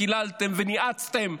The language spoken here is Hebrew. קיללתם וניאצתם,